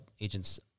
agents